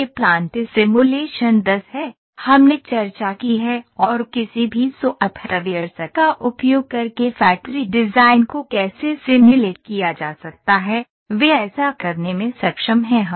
यह plant simulation 10 है हमने चर्चा की है और किसी भी सॉफ्टवेयर्स का उपयोग करके फैक्ट्री डिज़ाइन को कैसे सिम्युलेट किया जा सकता है वे ऐसा करने में सक्षम हैं